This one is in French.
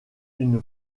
une